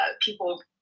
people